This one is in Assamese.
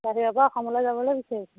বাহিৰৰ পৰা অসমলৈ যাবলৈ বিচাৰিছোঁ